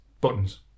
buttons